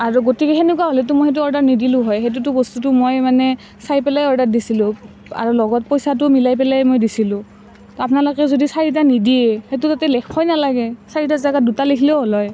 আৰু গোটেই সেনেকুৱা হ'লেতো মই সেইটো অৰ্ডাৰ নিদিলোঁ হয় সেইটোতো বস্তুটো মই মানে চাই পেলাই অৰ্ডাৰ দিছিলোঁ আৰু লগত পইচাটো মিলাই পেলাই মই দিছিলোঁ আপোনালোকে যদি চাৰিটা নিদিয়েই সেইটো তাতে লিখিবই নালাগে চাৰিটাৰ জেগাত দুটা লিখিলেও হ'ল হয়